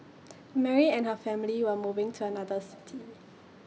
Mary and her family were moving to another city